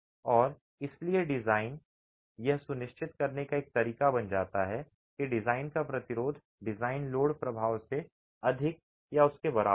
और इसलिए डिजाइन यह सुनिश्चित करने का एक तरीका बन जाता है कि डिज़ाइन का प्रतिरोध डिज़ाइन लोड प्रभाव से अधिक या उसके बराबर हो